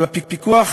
אבל הפיקוח